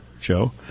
Joe